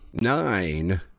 Nine